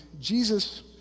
Jesus